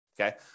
okay